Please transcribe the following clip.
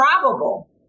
probable